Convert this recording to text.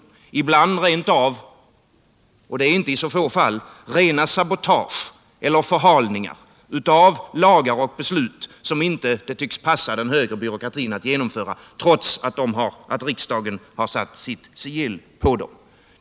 Ibland, och inte i så få fall heller, förekommer rent av sabotage eller förhalningar av lagar och beslut som det inte tycks passa den högre byråkratin att genomföra, trots att riksdagen har satt sitt sigill på dem.